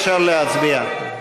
אפשר להצביע.